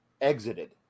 exited